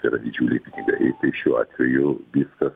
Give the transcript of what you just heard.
tai yra didžiuliai pinigai tai šiuo atveju viskas